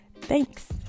thanks